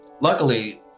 Luckily